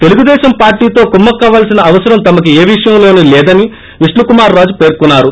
తెలుగుదేశం పార్టీతో కుమ్మక్కవాల్సిన అవసరం తమకు ఏ విషయంలోనూ లేదని విష్ణుకుమార్ రాజు పేర్కొన్నారు